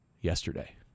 yesterday